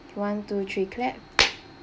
one two three clap